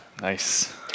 Nice